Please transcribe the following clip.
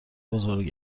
بزرگ